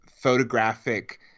photographic